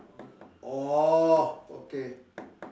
orh okay